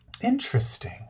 Interesting